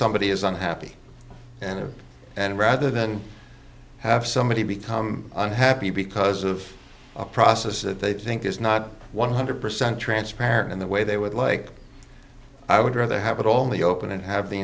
somebody is unhappy and and rather than have somebody become unhappy because of a process that they think is not one hundred percent transparent in the way they would like i would rather have it all in the open and have the